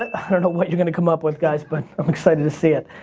i don't know what you're gonna come up with, guys, but i'm excited to see it.